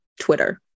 Twitter